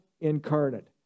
incarnate